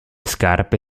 scarpe